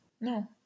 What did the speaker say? No